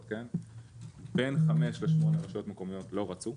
יש בין חמש לשמונה רשויות מקומיות שלא רצו,